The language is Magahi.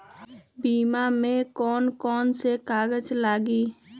बीमा में कौन कौन से कागज लगी?